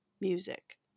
music